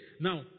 Now